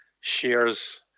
shares